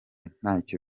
ntacyo